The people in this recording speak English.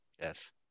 Yes